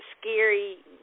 Scary